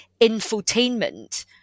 infotainment